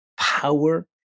power